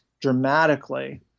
dramatically